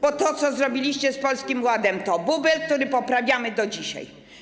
Bo to, co zrobiliście z Polskim Ładem, to bubel, który poprawiamy do dzisiaj.